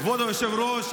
כבוד היושב-ראש,